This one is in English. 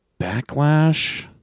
Backlash